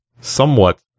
somewhat